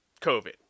COVID